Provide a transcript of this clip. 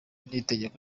n’itegeko